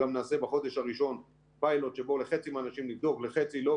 נעשה בחודש הראשון פיילוט שבו נבדוק חצי מהאנשים וחצי לא,